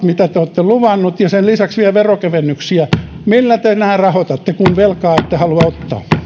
mitä te te olette luvanneet ja sen lisäksi vielä veronkevennyksiä millä te nämä rahoitatte kun velkaa ette halua